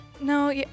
No